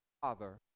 Father